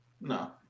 No